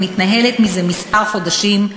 המתנהלת זה כמה חודשים,